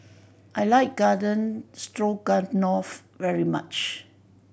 I like Garden Stroganoff very much